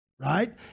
right